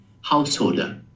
householder